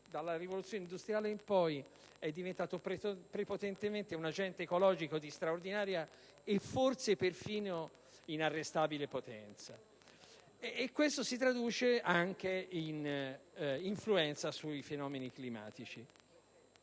dalla rivoluzione industriale in poi, è diventato prepotentemente un agente ecologico di straordinaria e forse inarrestabile potenza. E questo si traduce anche in influenza sui fenomeni climatici.